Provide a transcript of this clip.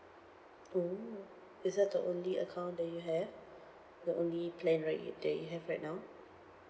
oh is that the only account that you have the only plan right that you have right now